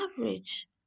average